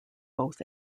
both